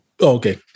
okay